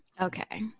Okay